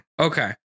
Okay